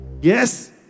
Yes